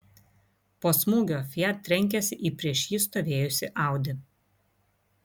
po smūgio fiat trenkėsi į prieš jį stovėjusį audi